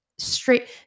Straight